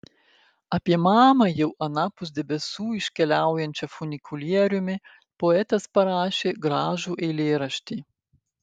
apie mamą jau anapus debesų iškeliaujančią funikulieriumi poetas parašė gražų eilėraštį